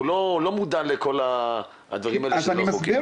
הוא לא מודע לכל הדברים האלה בחוק.